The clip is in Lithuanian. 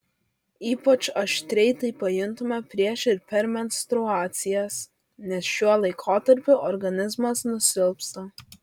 ypač aštriai tai pajuntame prieš ir per menstruacijas nes šiuo laikotarpiu organizmas nusilpsta